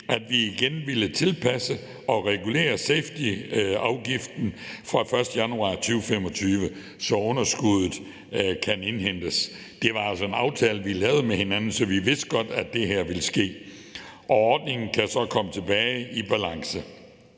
at vi igen ville tilpasse og regulere safetyafgiften fra den 1. januar 2025, så underskuddet kunne indhentes. Det var altså en aftale, vi lavede med hinanden, så vi vidste godt, at det her ville ske, og ordningen kan så komme tilbage i balance.